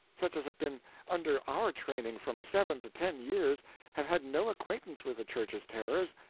such as have been under our training from seven to ten years have had no acquaintance with the church's terrors,